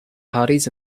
parties